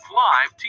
live